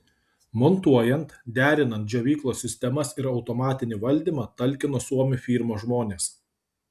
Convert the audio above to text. montuojant derinant džiovyklos sistemas ir automatinį valdymą talkino suomių firmos žmonės